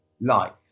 life